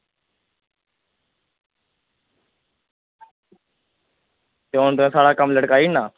ते उन्ने तगर साढ़ा कम्म लटकाई ओड़ना